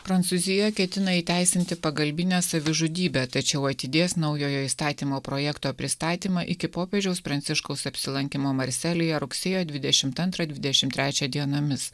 prancūzija ketina įteisinti pagalbinę savižudybę tačiau atidės naujojo įstatymo projekto pristatymą iki popiežiaus pranciškaus apsilankymo marselyje rugsėjo dvidešimt antrą dvidešim trečią dienomis